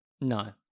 No